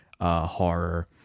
Horror